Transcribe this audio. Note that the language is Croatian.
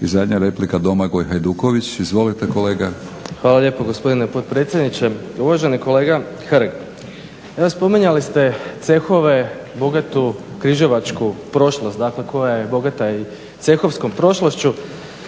I zadnja replika Domagoj Hajduković. Izvolite kolega. **Hajduković, Domagoj (SDP)** Hvala lijepo gospodine potpredsjedniče. Uvaženi kolega Hrg, evo spominjali ste cehove, bogatu križevačku prošlost dakle koja je bogata i cehovskom prošlošću,